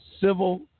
civil